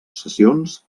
sessions